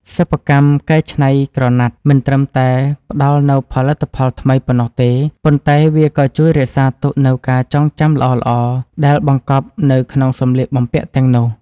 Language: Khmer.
សិប្បកម្មកែច្នៃក្រណាត់មិនត្រឹមតែផ្ដល់នូវផលិតផលថ្មីប៉ុណ្ណោះទេ ប៉ុន្តែ វាក៏ជួយរក្សាទុកនូវការចងចាំល្អៗដែលបង្កប់នៅក្នុងសម្លៀកបំពាក់ទាំងនោះ។